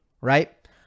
right